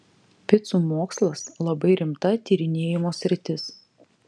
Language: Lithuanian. picų mokslas labai rimta tyrinėjimo sritis